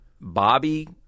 Bobby